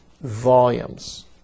volumes